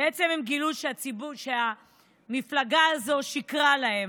ובעצם הם גילו שהמפלגה הזאת שיקרה להם.